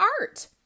art